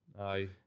aye